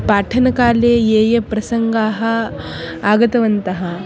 पाठनकाले ये ये प्रसङ्गाः आगतवन्तः